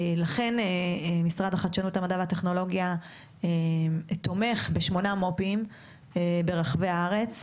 לכן משרד לחדשנות המדע והטכנולוגיה תומך בשמונה מו"פים ברחבי הארץ,